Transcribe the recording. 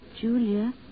Julia